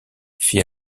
fit